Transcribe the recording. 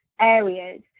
areas